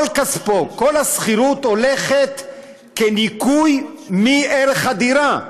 כל כספו, כל השכירות הולכת כניכוי מערך הדירה.